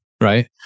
Right